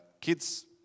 kids